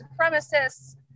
supremacists